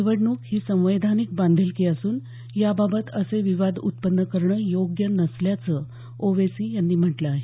निवडणूक ही संवैधानिक बांधिलकी असून याबाबत असे विवाद उत्पन्न करणं योग्य नसल्याचं ओवैसी यांनी म्हटलं आहे